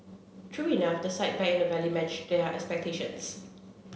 true enough the sight back in the valley matched their expectations